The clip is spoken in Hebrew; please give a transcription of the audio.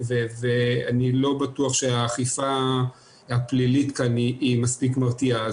אני לא בטוח שהאכיפה הפלילית כאן היא מספיק מרתיעה.